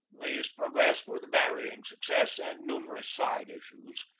these progressed with varying success and numerous side issues,